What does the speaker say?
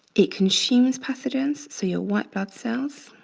it consumes pathogens. so your white blood cells